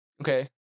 Okay